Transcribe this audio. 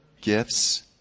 gifts